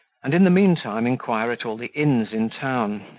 and in the mean time inquire at all the inns in town,